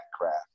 craft